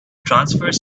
transverse